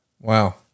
Wow